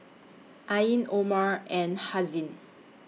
Ain Omar and Haziq